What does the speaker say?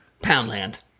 Poundland